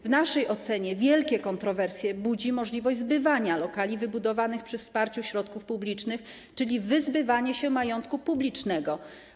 W naszej ocenie wielkie kontrowersje budzi możliwość zbywania lokali wybudowanych przy wsparciu środków publicznych, czyli wyzbywanie się majątku publicznego.